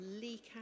leak